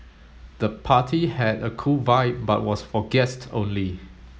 the party had a cool vibe but was for guests only